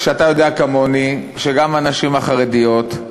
אתה יודע כמוני שגם הנשים החרדיות,